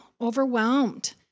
overwhelmed